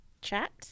chat